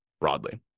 broadly